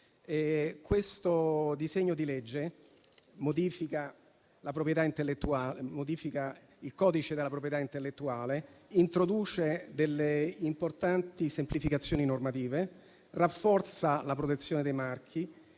il disegno di legge in esame modifica il codice della proprietà intellettuale, introduce importanti semplificazioni normative, rafforza la protezione dei marchi,